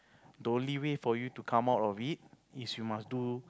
the only way for you to come out of it is you must do